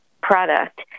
product